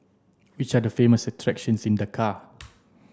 which are the famous attractions in Dakar